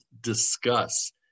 discuss